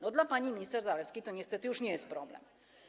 No dla pani minister Zalewskiej to niestety już nie jest problem.